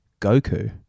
Goku